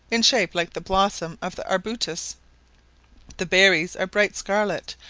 in shape like the blossom of the arbutus the berries are bright scarlet,